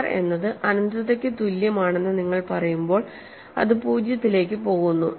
R എന്നത് അനന്തതയ്ക്ക് തുല്യമാണെന്ന് നിങ്ങൾ പറയുമ്പോൾ അത് 0 ലേക്ക് പോകുന്നു